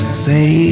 say